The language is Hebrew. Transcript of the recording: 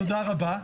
תודה רבה,